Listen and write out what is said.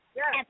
yes